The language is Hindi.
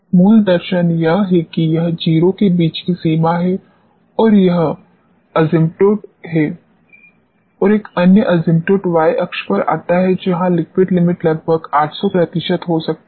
मूल दर्शन यह है कि यह 0 के बीच की सीमा है और यह एसिम्प्टोट है और एक अन्य एसिम्पोट y अक्ष पर आता है जहां लिक्विड लिमिट लगभग 800 हो सकती है